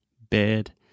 bed